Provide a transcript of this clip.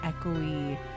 echoey